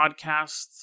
podcasts